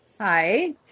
hi